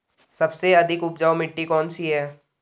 सबसे अधिक उपजाऊ मिट्टी कौन सी है?